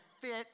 fit